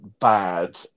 bad